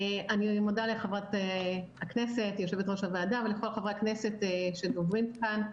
מודה לחברת הכנסת יושבת-ראש הוועדה ולכל חברי הכנסת שדוברים כאן,